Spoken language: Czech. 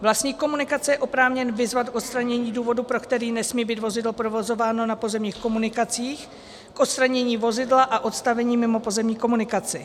Vlastník komunikace je oprávněn vyzvat k odstranění z důvodu, pro který nesmí být vozidlo provozováno na pozemních komunikacích, k odstranění vozidla a odstavení mimo pozemní komunikaci.